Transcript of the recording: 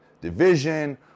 division